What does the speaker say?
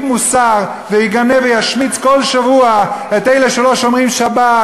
מוסר ואגנה ואשמיץ כל שבוע את אלה שלא שומרים שבת,